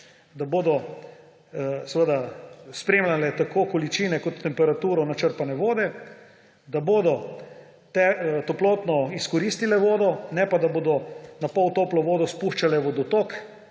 da bodo seveda spremljale tako količine kot temperaturo načrpane vode, da bodo toplotno izkoristile vodo, ne pa, da bodo napol toplo vodo spuščale v vodotok